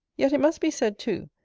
yet it must be said too,